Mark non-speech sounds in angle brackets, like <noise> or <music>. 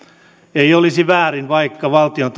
ei olisi väärin vaikka valtion <unintelligible>